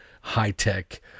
high-tech